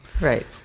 Right